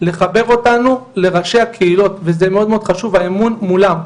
לחבר אותנו לראשי הקהילות וזה מאוד חשוב האמון מולם,